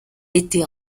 été